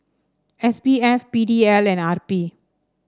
S B F P D L and R P